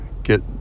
get